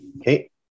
Okay